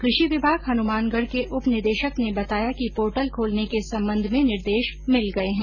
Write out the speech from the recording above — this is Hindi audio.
कृषि विभाग हनुमानगढ़ के उप निदेशक ने बताया कि पोर्टल खोलने के संबंध में निर्देश मिल गए है